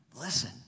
Listen